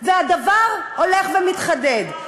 והדבר הולך ומתחדד.